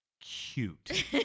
cute